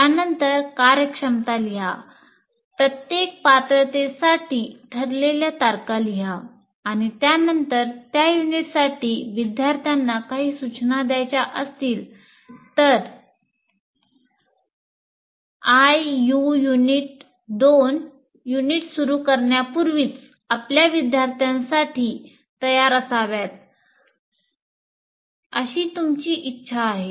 त्यानंतर कार्यक्षमता लिहा प्रत्येक पात्रतेसाठी ठरलेल्या तारखा लिहा आणि त्यानंतर त्या युनिटसाठी विद्यार्थ्यांना काही सूचना द्यायच्या असतील तर IU 2 युनिट सुरू करण्यापूर्वीच आपल्या विद्यार्थ्यांसाठी तयार असाव्यात अशी तुमची इच्छा आहे